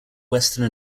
western